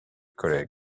collègue